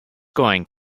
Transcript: going